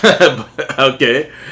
okay